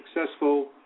successful